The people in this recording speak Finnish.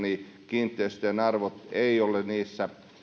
kiinteistöjen arvot eivät ole niissä